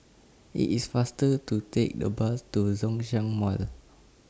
IT IS faster to Take The Bus to Zhongshan Mall